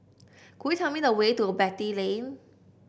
could you tell me the way to Beatty Lane